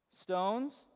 stones